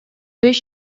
беш